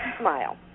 Smile